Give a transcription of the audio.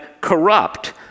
corrupt